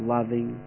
Loving